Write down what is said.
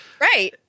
Right